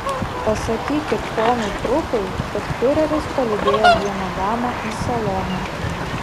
pasakykit ponui krupui kad fiureris palydėjo vieną damą į saloną